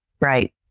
right